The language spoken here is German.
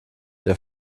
der